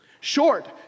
short